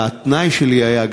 והתנאי שלי היה,